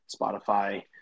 Spotify